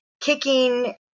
kicking